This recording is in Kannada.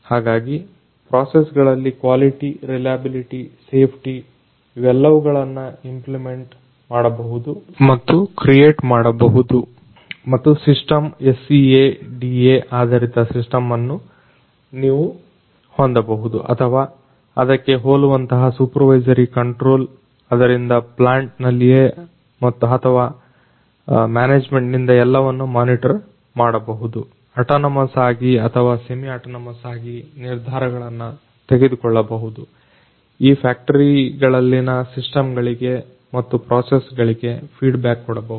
ಹಾಗಾಗಿ ಪ್ರೋಸಸ್ ಗಳಲ್ಲಿ ಕ್ವಾಲಿಟಿ ರಿಲಿಬಿಲಿಟಿ ಸೇಫ್ಟಿ ಇವೆಲ್ಲವುಗಳನ್ನು ಇಂಪ್ಲಿಮೆಂಟ್ ಮಾಡಬಹುದು ಮತ್ತು ಇಂತಿ ಕ್ರಿಯೇಟ್ ಮಾಡಬಹುದು ಮತ್ತು ಸಿಸ್ಟಮ್ SCADA ಆಧರಿತ ಸಿಸ್ಟಮ್ ಅನ್ನು ನೀವು ಹೊಂದಬಹುದು ಅಥವಾ ಅದಕ್ಕೆ ಹೋಲುವಂತಹ ಸೂಪರ್ ವೈಸರಿ ಕಂಟ್ರೋಲ್ ಅದರಿಂದ ಪ್ಲಾಂಟ್ ನಲ್ಲಿಯೇ ಅಥವಾ ಮ್ಯಾನೇಜ್ಮೆಂಟ್ ನಿಂದ ಎಲ್ಲವನ್ನು ಮಾನಿಟರ್ ಮಾಡಬಹುದು ಆಟಾನಮಸ್ ಆಗಿ ಅಥವಾ ಸೆಮಿ ಆಟಾನಮಸ್ ಆಗಿ ನಿರ್ಧಾರಗಳನ್ನು ತೆಗೆದುಕೊಳ್ಳಬಹುದು ಈ ಫ್ಯಾಕ್ಟರಿಗಳಲ್ಲಿ ನ ಸಿಸ್ಟಮ್ ಗಳಿಗೆ ಮತ್ತು ಪ್ರೋಸೆಸ್ ಗಳಿಗೆ ಫೀಡ್ಬ್ಯಾಕ್ ಕೊಡಬಹುದು